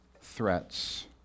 threats